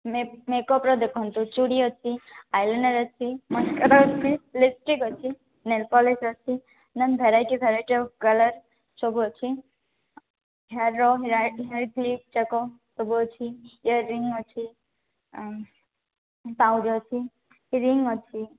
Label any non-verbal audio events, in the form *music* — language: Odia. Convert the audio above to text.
ମେକ୍ଅପ୍ର ଦେଖନ୍ତୁ ଚୁଡ଼ି ଅଛି ଆଇଲାଇନର୍ ଅଛି ମସ୍କାରା ଅଛି ଲିପ୍ଷ୍ଟିକ୍ ଅଛି ନେଲ୍ପଲିସ୍ ଅଛି ନହେଲେ ଭେରାଇଟି ଭେରାଇଟି ଅଫ୍ କଲର୍ ସବୁ ଅଛି ହେୟାର୍ର *unintelligible* କ୍ଲିପ୍ ଯାକ ସବୁ ଅଛି ଇୟର୍ ରିଙ୍ଗ୍ ଅଛି ପାଉଡ଼ର୍ ଅଛି ରିଙ୍ଗ୍ ଅଛି